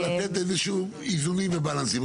אבל לתת איזה שהוא איזונים ובלנסים.